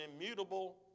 immutable